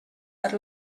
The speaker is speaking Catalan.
per